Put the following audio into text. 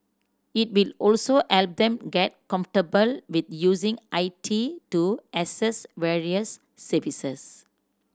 it will also help them get comfortable with using I T to access various services